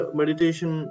meditation